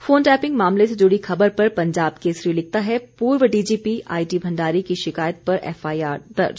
phone tapping मामले से जुड़ी खबर पर पंजाब केसरी लिखता है पूर्व डीजीपी आईडी भंडारी की शिकायत पर एफआईआरदर्ज